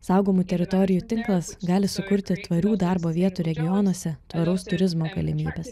saugomų teritorijų tinklas gali sukurti tvarių darbo vietų regionuose tvaraus turizmo galimybes